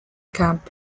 camp